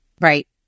Right